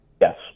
Yes